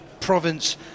province